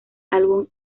álbum